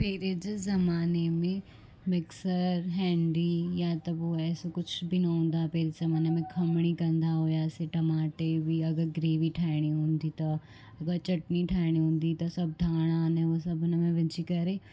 पहिरियों जे ज़माने में मिक्सर हैंडी या त पोइ एसे कुझ बि न हूंदा पहिरियों ज़माने में खमणी कंदा हुआसीं टमाटे बि अगरि ग्रेवी ठाहिणी हूंदी त अगरि चटनी ठाहिणी हूंदी त सभु ठहणु अने उहे सभु हिन में विझी करे